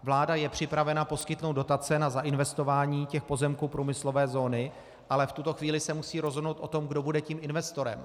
Vláda je připravena poskytnout dotace na zainvestování těch pozemků průmyslové zóny, ale v tuto chvíli se musí rozhodnout o tom, kdo bude tím investorem.